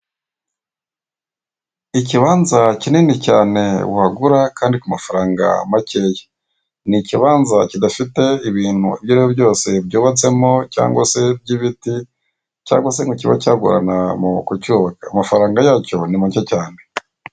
Ikibanza kinini cyane wagura kandi ku mafaranga makeya. Ni ikibanza kidafite ibintu ibyo ari byo byose byubatsemo cyangwa se by'ibiti, cyangwa se ngo kibe cyagorana mu kucyubaka. Amafaranga yacyo ni make cyane.